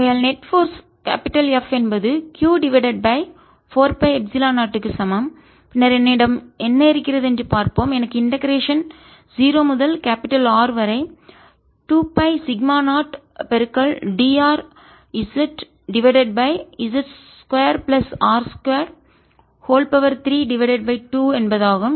ஆகையால் net force நிகர விசை F என்பது q divided by 4 pi epsilon 0 க்கு சமம் பின்னர் என்னிடம் என்ன இருக்கிறது என்று பார்ப்போம் எனக்கு இண்டெகரேஷன் 0 முதல் கேபிடல் R வரை 2 pi sigma 0 drz divided by z 2 plus r2 32 என்பதாகும்